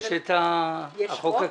יש את החוק הקיים.